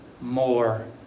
more